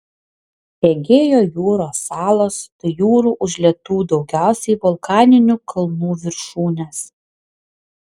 egėjo jūros salos tai jūrų užlietų daugiausiai vulkaninių kalnų viršūnės